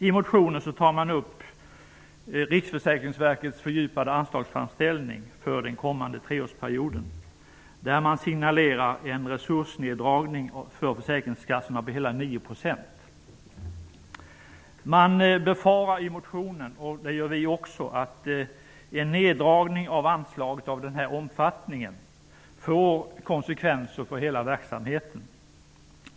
I motionen tas Riksförsäkringsverkets fördjupade anslagsframställning för den kommande treårsperioden upp. Det signaleras om en resursneddragning avseende försäkringskassorna på hela 9 %. I motionen befaras det -- det gör vi i utskottet också -- att en neddragning av anslaget av en sådan omfattning får konsekvenser för hela verksamheten.